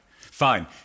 Fine